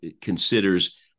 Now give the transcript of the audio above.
considers